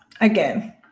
again